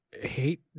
hate